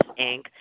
Inc